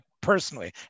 Personally